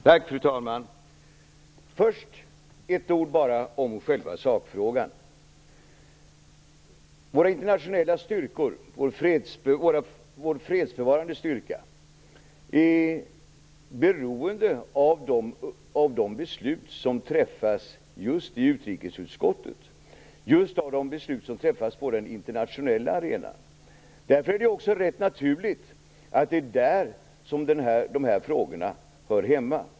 Fru talman! Först ett ord bara om själva sakfrågan: Våra internationella, fredsbevarande styrkor är beroende av just de beslut som fattas i utrikesutskottet och på den internationella arenan. Därför är det också rätt naturligt att det är där dessa frågor hör hemma.